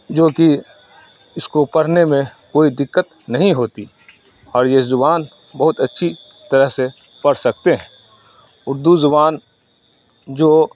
جو کہ اس کو پڑھنے میں کوئی دقت نہیں ہوتی اور یہ زبان بہت اچھی طرح سے پڑھ سکتے ہیں اردو زبان جو